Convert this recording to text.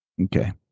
Okay